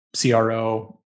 CRO